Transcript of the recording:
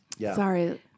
Sorry